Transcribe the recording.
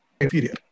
inferior